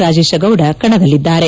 ರಾಜೇಶಗೌಡ ಕಣದಲ್ಲಿದ್ದಾರೆ